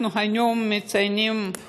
אנחנו היום מציינים את